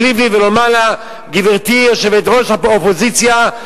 לבני ולומר לה: גברתי יושבת-ראש האופוזיציה,